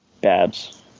Babs